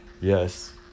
Yes